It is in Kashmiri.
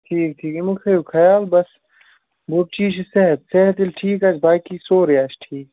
ٹھیٖک ٹھیٖک ییٚمیُک تھٲیِو خیال بَس بوٚڈ چیٖز چھُ صحت صحت ییٚلہِ ٹھیٖک آسہِ باقٕے سورُے آسہِ ٹھیٖک